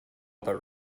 but